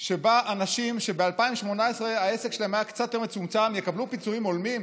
שבה אנשים שב-2018 העסק שלהם היה קצת יותר מצומצם יקבלו פיצויים הולמים?